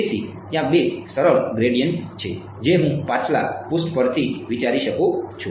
તેથી ત્યાં બે સરળ ગ્રેડિએન્ટ્સ છે જે હું પાછલા પૃષ્ઠ પરથી વિચારી શકું છું